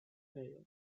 failed